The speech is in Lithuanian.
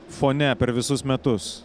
fone per visus metus